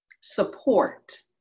support